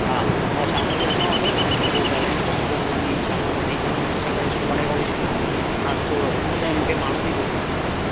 हा मां शाम जो अचांव थो पोइ ॻाल्हायूं था पोइ मां ई सामानु वठी अचिणो पवंदो छाकाणि सुभाणे खां वठी सुबुह नाश्तो रखणो पवंदो ऐं मूंखे माण्हू बि ॻोल्हणो पवंदो हुन जे